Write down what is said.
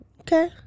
Okay